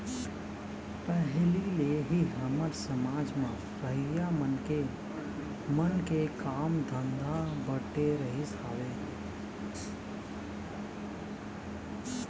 पहिली ले ही हमर समाज म रहइया मनखे मन के काम धंधा बटे रहिस हवय